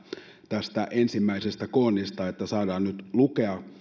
tästä ensimmäisestä koonnista että saadaan nyt lukea